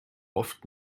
oft